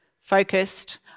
focused